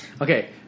Okay